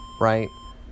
Right